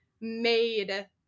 made